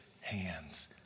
hands